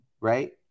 Right